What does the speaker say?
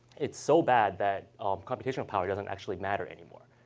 it's so bad that computational power doesn't actually matter anymore.